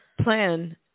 plan